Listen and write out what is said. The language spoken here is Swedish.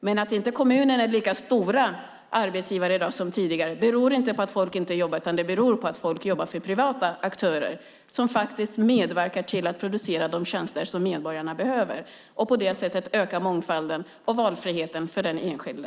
Att kommunerna i dag inte är lika stora arbetsgivare som tidigare beror inte på att folk inte jobbar utan på att folk jobbar hos privata aktörer och medverkar till att producera de tjänster som medborgarna behöver. På det sättet ökar mångfalden och valfriheten för den enskilde.